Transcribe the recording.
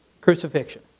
Crucifixion